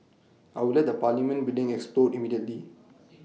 I will let the parliament building explode immediately